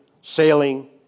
sailing